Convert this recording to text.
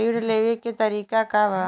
ऋण लेवे के तरीका का बा?